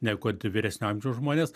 negu kad vyresnio amžiaus žmonės